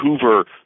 Hoover